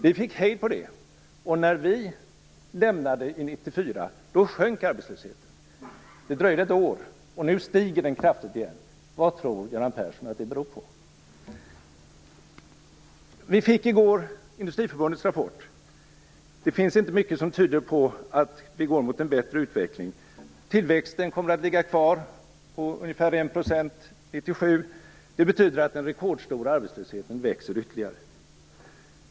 Vi fick hejd på den uppgången, och när vi lämnade över 1994 sjönk arbetslösheten. Det dröjde ett år, och nu stiger den kraftigt igen. Vad tror Göran Persson att det beror på? Vi fick i går Industriförbundets rapport. Det finns inte mycket som tyder på att vi går mot en bättre utveckling. Tillväxten kommer att ligga kvar på ungefär en procent 1997. Det betyder att den rekordstora arbetslösheten växer ytterligare.